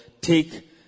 take